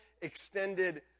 extended